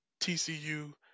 TCU